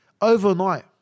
overnight